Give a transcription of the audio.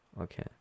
okay